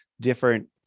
different